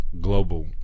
global